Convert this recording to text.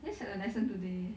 just had a lesson today